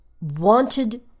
wanted